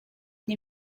nie